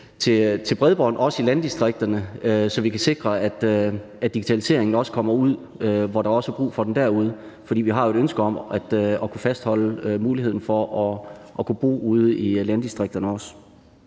til bredbånd, også i landdistrikterne, så vi kan sikre, at digitaliseringen også kommer derud, hvor der er brug for den, for vi har jo et ønske om at kunne fastholde muligheden for også at kunne bo ude i landdistrikterne.